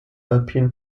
alpine